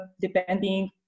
depending